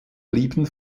blieben